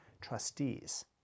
trustees